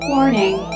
Warning